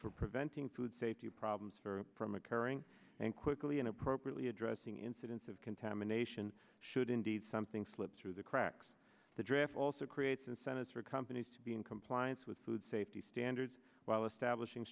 for preventing food safety problems for from occurring and quickly and appropriately addressing incidents of contamination should indeed something slip through the cracks the draft also creates incentives for companies to be in compliance with food safety standards while establishing